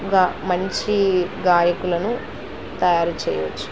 గా మంచి గాయకులను తయారు చేయవచ్చు